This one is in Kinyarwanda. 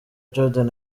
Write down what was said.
jordan